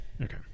okay